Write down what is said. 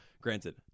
granted